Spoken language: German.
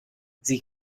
sie